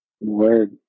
Word